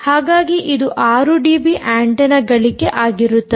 ಹಾಗಾಗಿ ಇದು 6 dB antenna ಗಳಿಕೆ ಆಗಿರುತ್ತದೆ